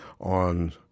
on